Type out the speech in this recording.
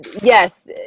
yes